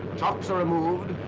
tops are removed.